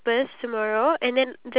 iya